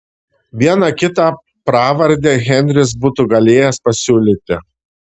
vieną kitą pravardę henris būtų galėjęs pasiūlyti